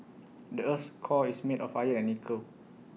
the Earth's core is made of iron and nickel